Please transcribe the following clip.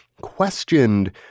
questioned